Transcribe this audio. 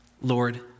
Lord